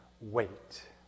wait